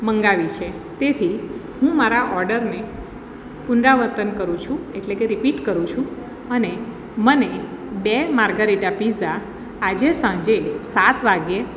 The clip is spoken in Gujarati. મગાવી છે તેથી હું મારા ઓર્ડરને પુનરાવર્તન કરું છું એટલે કે રિપીટ કરું છું અને મને બે માર્ગરીટા પીઝા આજે સાંજે સાત વાગે